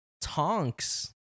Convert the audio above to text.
Tonks